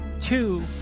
two